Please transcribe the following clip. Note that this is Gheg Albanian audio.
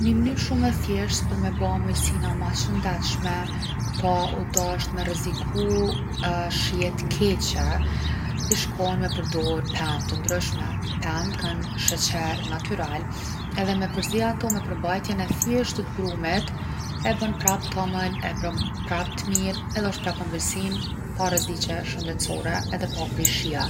Ni mnyr shum’ e thjesht për me ba amëlsina ma t’shnetshme pa u dasht me rreziku shije t’keqe ish kon me përdor pem’ t’ndryshme. Pemt kan sheqer natyral, edhe me përzi ato me përmbajtjen e brumit e bon prap t’omël, e bon prap t’mirë edhe osht prap amëlsin’ pa rreziqe shëndetsore edhe pa u prish shija.